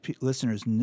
listeners